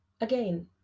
Again